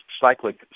cyclic